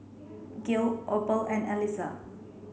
Gil Opal and Elyssa